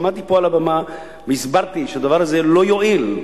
עמדתי פה על הבמה והסברתי שהדבר הזה לא יועיל,